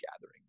gathering